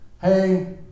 hey